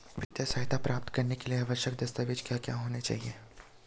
वित्तीय सहायता प्राप्त करने के लिए आवश्यक दस्तावेज क्या क्या होनी चाहिए?